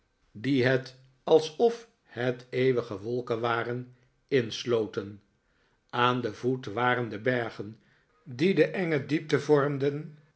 die het alsof het eeuwige wolken waren insloten aan den voet waren de bergen die de enge diepte vormden